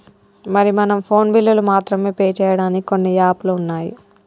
మరి మనం ఫోన్ బిల్లులు మాత్రమే పే చేయడానికి కొన్ని యాప్లు ఉన్నాయి